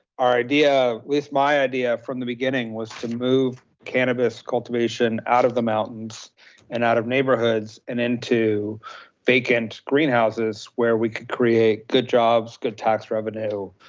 our idea of with my idea from the beginning was to move cannabis cultivation out of the mountains and out of neighborhoods and into vacant greenhouses where we could create good jobs, good tax revenue